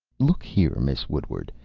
look here, miss woodward,